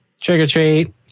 trick-or-treat